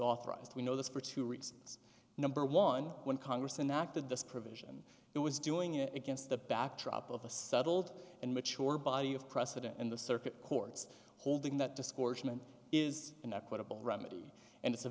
authorized we know this for two reasons number one when congress and the fact that this provision it was doing it against the backdrop of a settled and mature body of precedent in the circuit courts holding that discourse meant is an equitable remedy and it's a